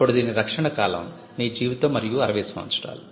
అప్పుడు దీని రక్షణ కాలం మీ జీవితం మరియు 60 సంవత్సరాలు